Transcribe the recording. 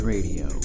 Radio